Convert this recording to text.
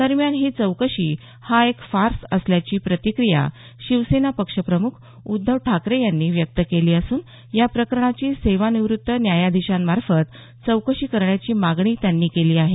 दरम्यान ही चौकशी हा एक फार्स असल्याची प्रतिक्रिया शिवसेना पक्षप्रम्ख उद्धव ठाकरे यांनी व्यक्त केली असून या प्रकरणाची सेवानिवृत्त न्यायाधिशांमार्फत चौकशी करण्याची मागणी त्यांनी केली आहे